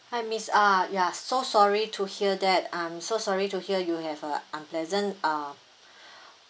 hi miss ah ya so sorry to hear that I'm so sorry to hear you have a unpleasant uh